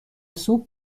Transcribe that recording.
سوپ